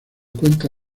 cuenta